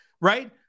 right